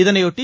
இதனைபொட்டி